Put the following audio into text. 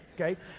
okay